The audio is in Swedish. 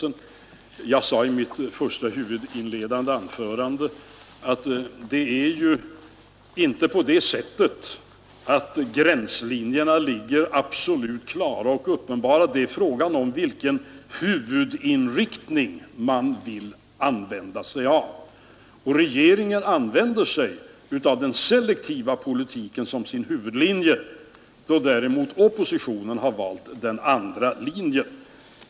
Men som jag sade i mitt huvudanförande är gränslinjerna inte så klara och uppenbara; frågan är vilken huvudriktning man vill använda sig av. Och regeringen använder den selektiva politiken som sin huvudlinje, medan oppositionen däremot har valt den andra linjen.